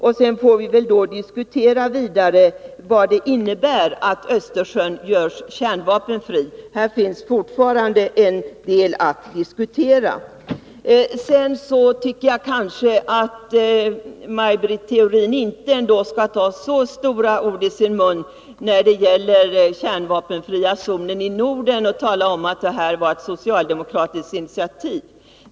Vi får sedan diskutera vad det innebär att Östersjön görs till en kärnvapenfri zon. Jag tycker inte att Maj Britt Theorin skall ta så stora ord i sin mun när hon talar om Norden som en kärnvapenfri zon och påstå att det är socialdemokraterna som har tagit det initiativet.